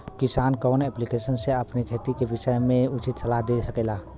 किसान कवन ऐप्लिकेशन से अपने खेती के विषय मे उचित सलाह ले सकेला?